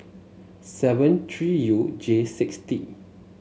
seven three U J six T